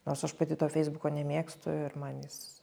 nors aš pati to feisbuko nemėgstu ir man jis